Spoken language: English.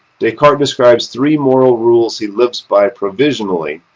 descartes describes three moral rules he lives by provisionally,